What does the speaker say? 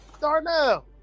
Darnell